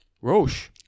Roche